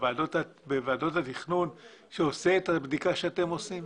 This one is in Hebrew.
בוועדות התכנון שעושה את הבדיקה שאתם עושים?